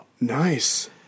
Nice